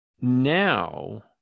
now